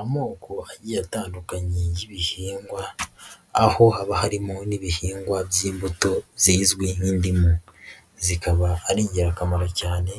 Amoko agiye atandukanye y'ibihingwa, aho haba harimo n'ibihingwa by'imbuto zizwi nk'indimu, zikaba ari ingirakamaro cyane